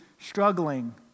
struggling